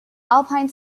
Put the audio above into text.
alpine